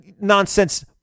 nonsense